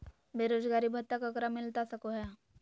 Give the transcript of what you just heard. बेरोजगारी भत्ता ककरा मिलता सको है?